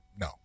No